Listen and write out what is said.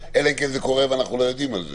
אלא אם כן זה קורה ואנחנו לא יודעים על זה.